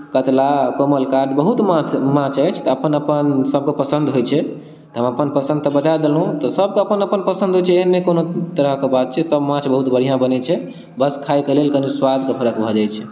कतला कमल काँट बहुत माछ अछि अपन अपनसभके पसन्द होइत छै तऽ हम अपन पसन्द तऽ बता देलहुँ तऽ सभके अपन अपन पसन्द होइत छै एहन नहि कोनो तरहके बात छै सभ माछ बहुत बढ़िआँ बनैत छै बस खायके लेल कनि स्वादके फर्क भऽ जाइत छै